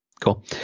Cool